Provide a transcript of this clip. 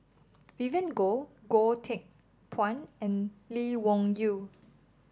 Vivien Goh Goh Teck Phuan and Lee Wung Yew